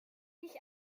dich